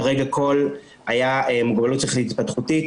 כרגע היה מוגבלות שכלית-התפתחותית,